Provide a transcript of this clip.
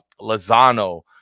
Lozano